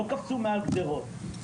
לא קפצו מעל גדרות.